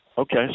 Okay